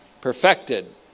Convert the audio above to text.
Perfected